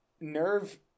nerve